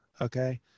okay